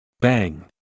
Bang